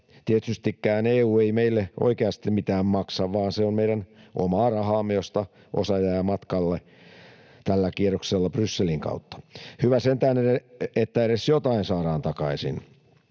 Tietystikään EU ei meille oikeasti mitään maksa, vaan se on meidän omaa rahaamme, josta osa jää matkalle tällä kierroksella Brysselin kautta. Hyvä sentään, että edes jotain saadaan takaisin.